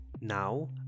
Now